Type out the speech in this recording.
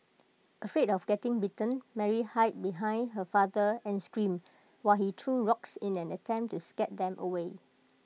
afraid of getting bitten Mary hid behind her father and screamed while he threw rocks in an attempt to scare them away